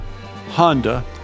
Honda